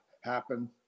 happen